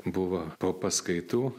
buvo po paskaitų